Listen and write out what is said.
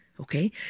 okay